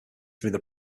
through